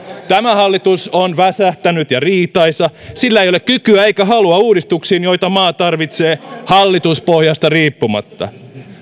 tämä hallitus on väsähtänyt ja riitaisa sillä ei ole kykyä eikä halua uudistuksiin joita maa tarvitsee hallituspohjasta riippumatta